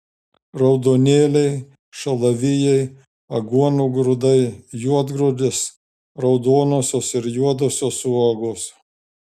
raudonėliai šalavijai aguonų grūdai juodgrūdės raudonosios ir juodosios uogos